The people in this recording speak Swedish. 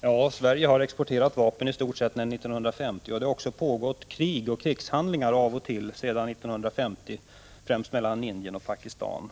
Herr talman! Ja, Sverige har exporterat vapen till Indien i stort sett sedan 1950. Det har också pågått krig och krigshandlingar av och till sedan 1950, främst mellan Indien och Pakistan.